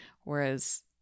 whereas